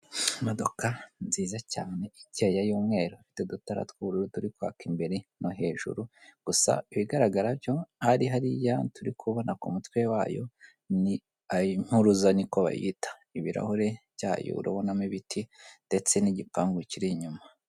Imodoka nziza cyane, icyeye y'umweru ifite udutara tw'ubururu turi kwaka imbere no hejuru gusa ibigaragara byo hari hariya turi kubona ku mutwe wayo ni impuruza niko bayita, ibirahure byayo urabonamo ibiti ndetse n'igipangu kiri inyuma.